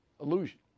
illusion